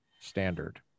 standard